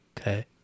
okay